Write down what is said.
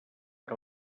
que